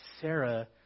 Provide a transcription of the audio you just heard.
Sarah